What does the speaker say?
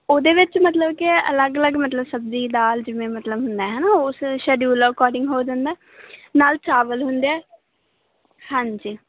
ਉਹਦੇ ਵਿੱਚ ਮਤਲਬ ਕਿ ਹੈ ਅਲੱਗ ਅਲੱਗ ਮਤਲਬ ਸਬਜ਼ੀ ਦਾਲ ਜਿਵੇਂ ਮਤਲਬ ਹੁੰਦਾ ਹੈ ਨਾ ਉਸ ਸ਼ੈਡਿਊਲ ਅਕੋਰਡਿੰਗ ਹੋ ਜਾਂਦਾ ਨਾਲ ਚਾਵਲ ਹੁੰਦੇ ਆ ਹਾਂਜੀ